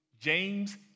James